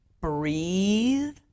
breathe